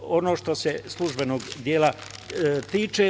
To je ono što se službenog dela tiče.